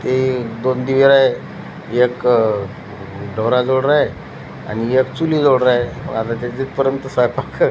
ते दोन दिवे राही एक ढोराजवळ राही आणि एक चुलीजवळ राही मग आता ते तिथपर्यंत स्वैपाक